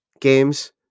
games